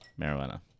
marijuana